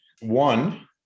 one